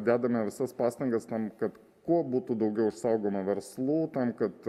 dedame visas pastangas tam kad kuo būtų daugiau saugoma verslų tam kad